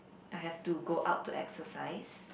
I have to go out to exercise